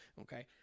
Okay